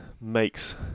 makes